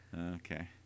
Okay